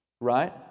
right